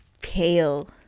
pale